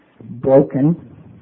broken